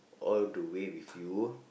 all the way with you